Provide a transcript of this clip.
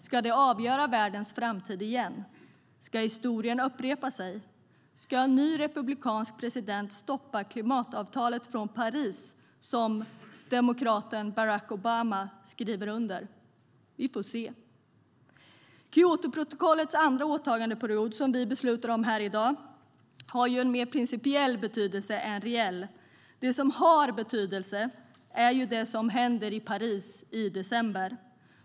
Ska det avgöra världens framtid igen? Ska historien upprepa sig? Ska en ny republikansk president stoppa klimatavtalet från Paris som demokraten Barack Obama skriver under? Vi får se. Kyotoprotokollets andra åtagandeperiod, som vi ska besluta om här i dag, har ju en mer principiell betydelse än en reell. Det som har betydelse är det som händer i Paris i december.